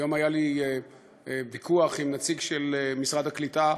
היום היה לי ויכוח עם נציג של משרד הקליטה,